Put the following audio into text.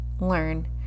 learn